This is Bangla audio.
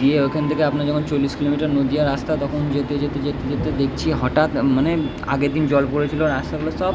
দিয়ে ওইখান থেকে আপনার যখন চল্লিশ কিলোমিটার নদীয়া রাস্তা তখন যেতে যেতে যেতে যেতে দেখছি হঠাৎ মানে আগের দিন জল পড়েছিলো রাস্তাগুলো সব